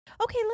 Okay